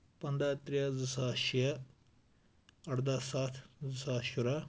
پنٛداہ ترٛےٚ زٕ ساس شیٚے اَردہ سَتھ زٕ ساس شُراہ